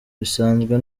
bisanzwe